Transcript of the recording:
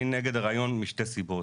אני נגד הרעיון משתי סיבות.